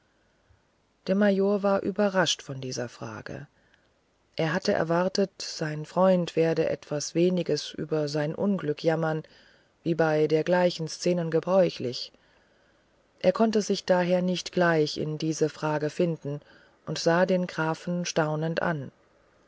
der major war überrascht von dieser frage er hatte erwartet sein freund werde etwas weniges über sein unglück jammern wie bei dergleichen szenen gebräuchlich er konnte sich daher nicht gleich in diese frage finden und sah den grafen staunend an